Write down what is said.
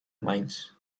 minds